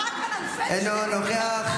אינו נוכח,